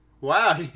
wow